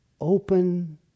open